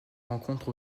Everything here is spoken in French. rencontre